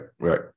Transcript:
right